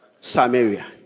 Samaria